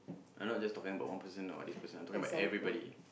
I'm not just talking about one person or this person I'm talking about everybody